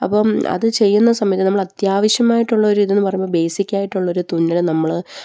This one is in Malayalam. അപ്പം അത് ചെയ്യുന്ന സമയത്ത് നമ്മള് അത്യാവശ്യമായിട്ടുള്ളൊരു ഇതെന്ന് പറയുമ്പോള് ബേസിക്ക് ആയിട്ടുള്ളൊരു തുന്നല് നമ്മള്